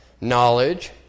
knowledge